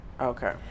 Okay